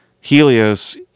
Helios